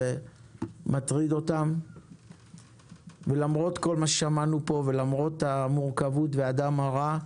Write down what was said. מטריד אותם ולמרות כל מה ששמענו פה ולמרות המורכבות ו'הדם הרע',